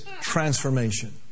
transformation